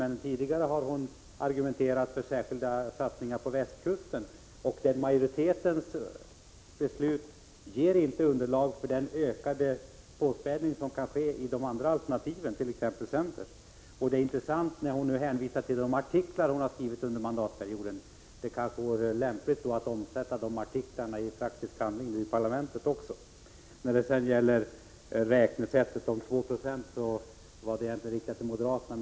Men tidigare har hon argumenterat för särskilda insatser på västkusten. Majoritetens beslut ger inte underlag för den ökade påspädning som kan ske i de andra alternativen, t.ex. centerns. Hon hänvisar också till de artiklar som hon har skrivit under mandatperioden. Då vore det kanske lämpligt att också omsätta de artiklarna i praktisk handling i parlamentet. Det Kerstin Ekman sade om räknesättet för att komma fram till2 96 var ju riktat till moderaterna.